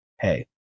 Hey